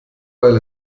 weil